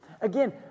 again